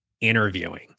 interviewing